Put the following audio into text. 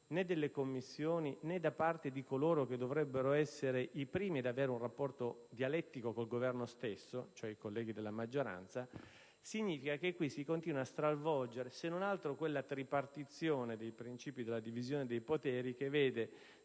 delle Commissioni, né da parte di coloro che dovrebbero essere i primi ad avere un rapporto dialettico con il Governo stesso, cioè i colleghi della maggioranza, significa che si continua a stravolgere se non altro quel principio della divisione dei poteri che